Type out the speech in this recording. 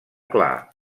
clar